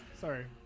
Sorry